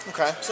Okay